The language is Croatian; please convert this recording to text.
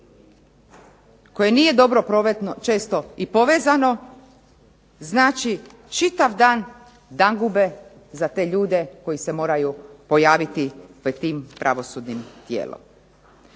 koje nije dobro prometno često i povezano znači čitav dan dangube za te ljude koji se moraju pojaviti pred tim pravosudnim tijelom.